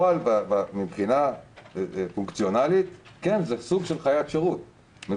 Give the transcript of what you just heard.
מבחינה פונקציונלית זה סוג של חיית שירות.